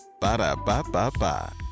Ba-da-ba-ba-ba